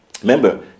Remember